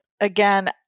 again